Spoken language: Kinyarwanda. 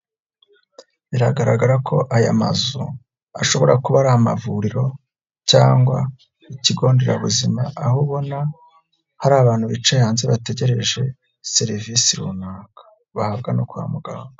Biragaragara ko aya mazu, ashobora kuba ari amavuriro, cyangwa, ikigonderabuzima, aho ubona hari abantu bicaye hanze bategereje, serivisi runaka. Bahabwa no kwa muganga.